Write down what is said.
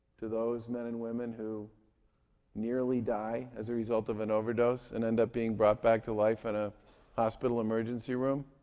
to those men and women who nearly die as a result of an overdose and end up being brought back to life in a hospital emergency room.